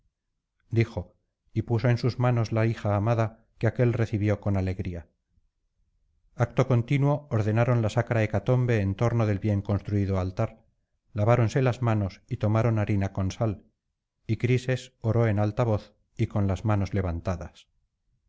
dijo y puso en sus manos la hija amada que aquél recibió con alegría acto continuo ordenaron la sacra hecatombe en torno del bien construido altar laváronse las manos y tomaron harina con sal y crises oró en alta voz y con las manos levantadas